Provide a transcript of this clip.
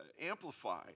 amplify